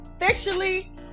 officially